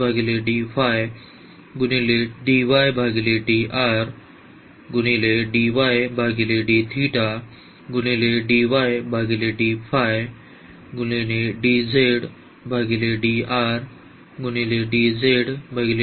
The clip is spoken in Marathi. तर मग हे जेकबियन काय आहे